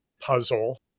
puzzle